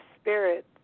spirit